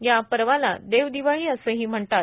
या पर्वाला देवदिवाळी असंही म्हणतात